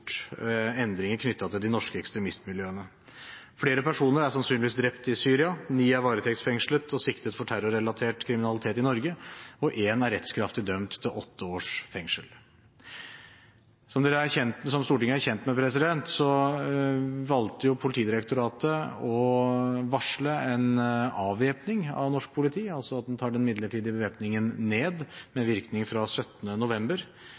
stort endringer knyttet til de norske ekstremistmiljøene. Flere personer er sannsynligvis drept i Syria, ni er varetektsfengslet og siktet for terrorrelatert kriminalitet i Norge, og én er rettskraftig dømt til åtte års fengsel. Som Stortinget er kjent med, valgte Politidirektoratet å varsle en avvæpning av norsk politi, altså at en tar den midlertidige bevæpningen ned med virkning fra 17. november,